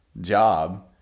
job